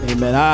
Amen